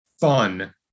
fun